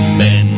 men